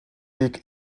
weg